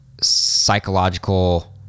psychological